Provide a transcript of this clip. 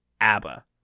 ABBA